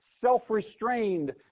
self-restrained